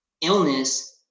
illness